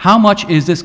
how much is this